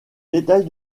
détails